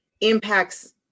impacts